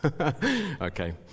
Okay